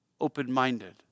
open-minded